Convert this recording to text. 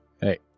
Hey